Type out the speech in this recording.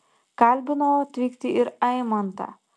kalbinau atvykti ir aimantą